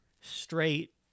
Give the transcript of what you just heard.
straight